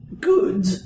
good